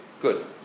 Good